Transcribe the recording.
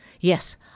Yes